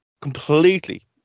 completely